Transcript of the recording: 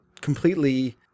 completely